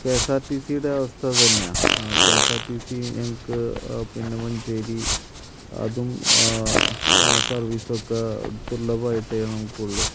K S R T സിയുടെ അവസ്ഥ അതു തന്നെയാണ് K S R T C ഞങ്ങൾക്ക് മഞ്ചേരി അതും സർവീസൊക്കെ ദുർലഭമായിട്ടേ നമുക്കുള്ളൂ